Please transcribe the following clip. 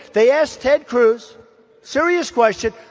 they asked ted cruz serious question.